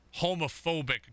homophobic